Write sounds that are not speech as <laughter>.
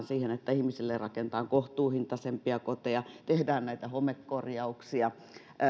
<unintelligible> siihen että ihmisille rakennetaan kohtuuhintaisempia koteja tehdään näitä homekorjauksia